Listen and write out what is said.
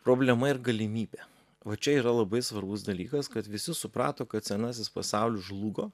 problema ir galimybė va čia yra labai svarbus dalykas kad visi suprato kad senasis pasaulis žlugo